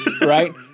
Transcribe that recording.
right